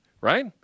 Right